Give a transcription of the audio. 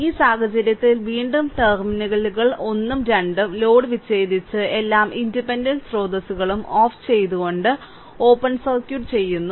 ഈ സാഹചര്യത്തിൽ വീണ്ടും ടെർമിനലുകൾ 1 ഉം 2 ഉം ലോഡ് വിച്ഛേദിച്ച് എല്ലാ ഇൻഡിപെൻഡന്റ് സ്രോതസ്സുകളും ഓഫ് ചെയ്തുകൊണ്ട് ഓപ്പൺ സർക്യൂട്ട് ചെയ്യുന്നു